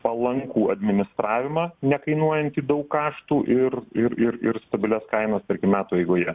palankų administravimą nekainuojantį daug kaštų ir ir ir ir stabilias kainas tarkim metų eigoje